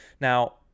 Now